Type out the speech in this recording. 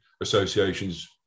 associations